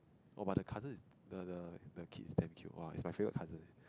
oh but the cousin the the kid is damn cute !wah! is my favorite cousin leh